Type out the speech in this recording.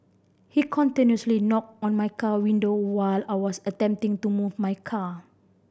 he continuously knocked on my car window while I was attempting to move my car